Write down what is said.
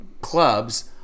clubs